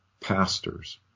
pastors